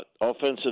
offensive